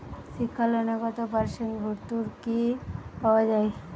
শিক্ষা লোনে কত পার্সেন্ট ভূর্তুকি পাওয়া য়ায়?